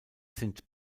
sind